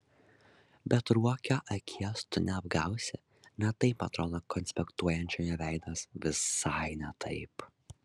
bet ruokio akies tu neapgausi ne taip atrodo konspektuojančio jo veidas visai ne taip